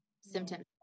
symptoms